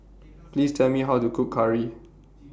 Please Tell Me How to Cook Curry